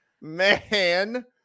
Man